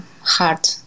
hard